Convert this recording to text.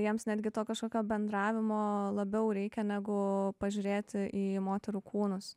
jiems netgi to kažkokio bendravimo labiau reikia negu pažiūrėti į moterų kūnus